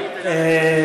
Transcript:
אתה חייב היית להכניס.